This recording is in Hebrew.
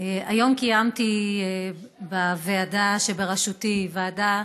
היום קיימתי בוועדה שבראשותי, הוועדה